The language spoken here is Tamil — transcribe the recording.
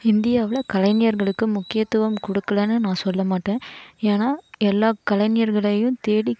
இந்தியாவில் கலைஞர்களுக்கு முக்கியத்துவம் கொடுக்கலன்னு நான் சொல்ல மாட்டேன் ஏன்னால் எல்லா கலைஞர்களையும் தேடி